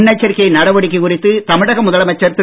முன் எச்சரிக்கை நடவடிக்கை குறித்து தமிழக முதலமைச்சர் திரு